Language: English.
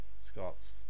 Scots